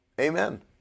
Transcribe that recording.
Amen